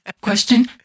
Question